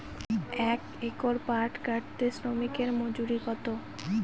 এক একর পাট কাটতে শ্রমিকের মজুরি কত?